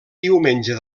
diumenge